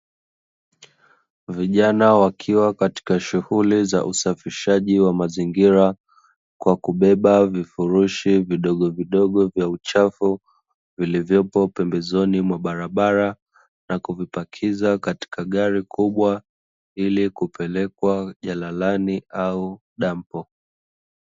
Vijana wakiwa katika shughuli za usafishaji wa mazingira, kwa kubeba vifurushi vidogovidogo vya uchafu, vilivyopo pembezoni mwa barabara, na kuvipakiza katika gari kubwa ili kupelekwa jalalani au dampo.